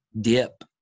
dip